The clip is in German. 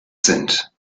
sind